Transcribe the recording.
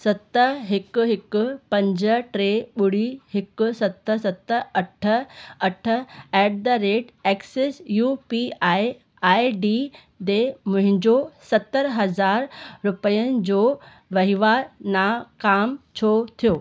सत हिकु हिकु पंज टे ॿुड़ी हिकु सत सत अठ अठ at the rate Axis U P I I D ॾे मुंहिंजो सतरि हज़ार रुपियनि जो वहिंवार नाकामु छो थियो